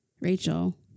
Rachel